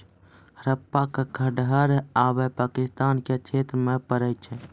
हड़प्पा के खंडहर आब पाकिस्तान के क्षेत्र मे पड़ै छै